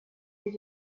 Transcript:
did